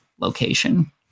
location